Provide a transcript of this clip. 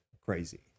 crazy